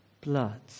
blood